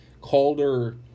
Calder